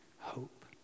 hope